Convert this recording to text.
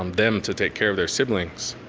um them to take care of their siblings.